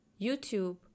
youtube